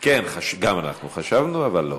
כן, גם אנחנו חשבנו, אבל לא.